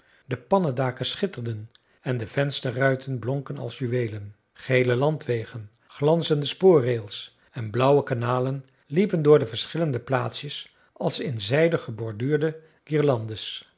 de pannedaken schitterden en de vensterruiten blonken als juweelen gele landwegen glanzende spoorrails en blauwe kanalen liepen door de verschillende plaatsjes als in zijde geborduurde